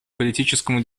политическому